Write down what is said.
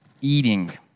eating